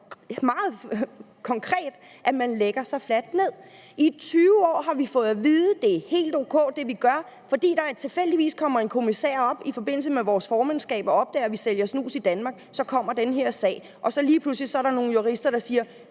meget konkret – at man lægger sig fladt ned. I 20 år har vi fået at vide, at det, vi gør, er helt o.k., men fordi der tilfældigvis kommer en kommissær op i forbindelse med vores formandskab og opdager, at vi sælger snus i Danmark, så kommer den her sag. Og lige pludselig er der nogle jurister, der siger: